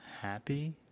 happy